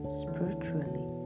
spiritually